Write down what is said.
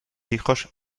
hijos